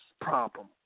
problem